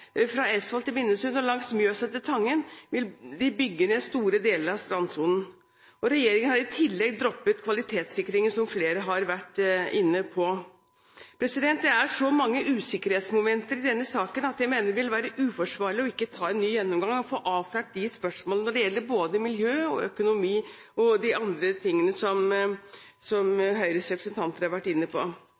fra Eidsvoll til Minnesund og langs Mjøsa til Tangen, vil de bygge ned store deler av strandsonen. Regjeringen har i tillegg droppet kvalitetssikringer, som flere har vært inne på. Det er så mange usikkerhetsmomenter i denne saken at det vil være uforsvarlig å ikke ta en ny gjennomgang og få avklart de spørsmålene som gjelder både miljø, økonomi og de andre tingene som Høyres representanter har vært inne på.